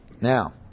now